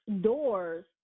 doors